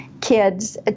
kids